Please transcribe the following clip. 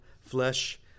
flesh